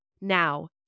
Now